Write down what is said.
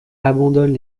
abandonne